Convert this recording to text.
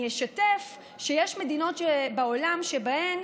אני אשתף שיש מדינות בעולם שבהן